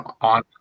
on